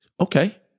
Okay